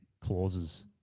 clauses